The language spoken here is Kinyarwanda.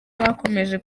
bakomeje